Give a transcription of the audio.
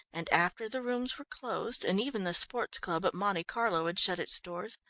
and after the rooms were closed, and even the sports club at monte carlo had shut its doors,